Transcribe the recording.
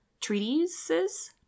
Treatises